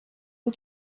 who